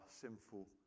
sinful